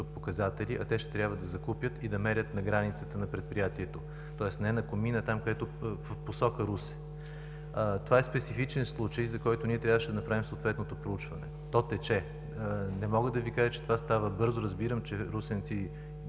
показатели, а те ще трябва да закупят и да мерят на границата на предприятието, тоест, не на комина, а в посока Русе. Това е специфичен случай, за който ние трябваше да направим съответно проучване. То тече. Не мога да Ви кажа, че това става бързо. Разбирам, че русенци